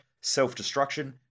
self-destruction